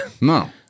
No